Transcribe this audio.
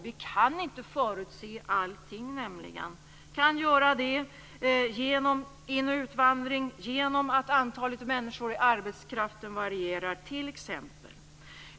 Vi kan nämligen inte förutse allting. Vi kan få effekter t.ex. av in och utvandring eller genom att antalet människor i arbetskraften varierar.